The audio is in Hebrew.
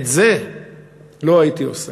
את זה לא הייתי עושה.